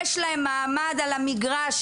יש להם מעמד על המגרש.